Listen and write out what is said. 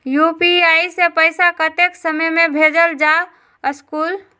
UPI से पैसा कतेक समय मे भेजल जा स्कूल?